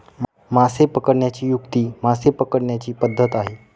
मासे पकडण्याची युक्ती मासे पकडण्याची पद्धत आहे